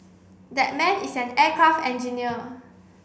that man is an aircraft engineer